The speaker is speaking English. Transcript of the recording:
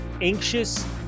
anxious